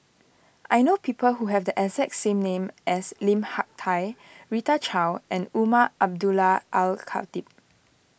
I know people who have the exact name as Lim Hak Tai Rita Chao and Umar Abdullah Al Khatib